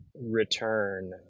return